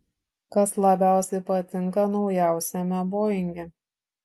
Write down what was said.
kas labiausiai patinka naujausiame boinge